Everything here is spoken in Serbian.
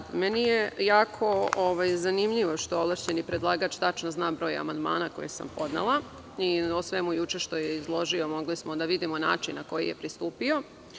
Jako mi je zanimljivo što ovlašćeni predlagač zna tačno broj amandmana koje sam podnela i o svemu juče što je izložio mogli smo da vidimo način na koji je pristupio.